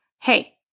hey